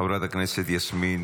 חברת הכנסת יסמין